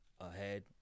ahead